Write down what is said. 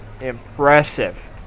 impressive